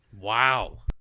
Wow